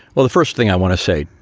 well, the first thing i want to say,